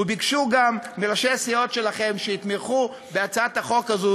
ובקשו גם מראשי הסיעות שלכם שיתמכו בהצעת החוק הזו.